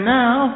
now